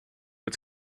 its